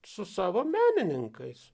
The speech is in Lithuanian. su savo menininkais